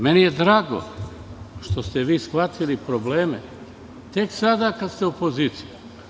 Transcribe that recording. Meni je drago što ste vi shvatili probleme tek sada kada ste opozicija.